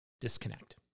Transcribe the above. disconnect